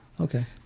okay